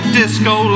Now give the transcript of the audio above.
disco